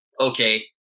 okay